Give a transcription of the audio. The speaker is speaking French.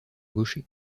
gaucher